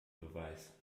beweis